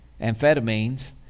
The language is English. amphetamines